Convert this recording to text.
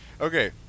Okay